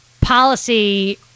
policy